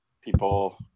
people